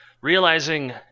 realizing